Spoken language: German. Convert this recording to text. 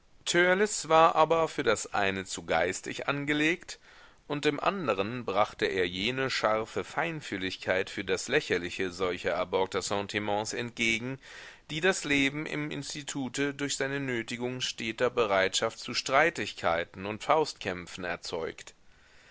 war aber für das eine zu geistig angelegt und dem anderen brachte er jene scharfe feinfühligkeit für das lächerliche solcher erborgter sentiments entgegen die das leben im institute durch seine nötigung steter bereitschaft zu streitigkeiten und faustkämpfen erzeugt